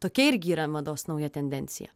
tokia irgi yra mados nauja tendencija